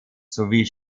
sowie